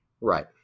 Right